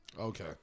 Okay